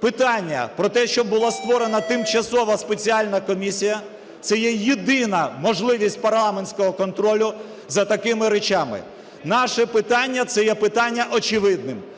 питання про те, щоб була створена тимчасова спеціальна комісія, - це є єдина можливість парламентського контролю за такими речами. Наше питання – це є питання очевидним,